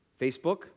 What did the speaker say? Facebook